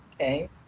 Okay